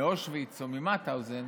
מאושוויץ או ממאוטהאוזן